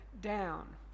down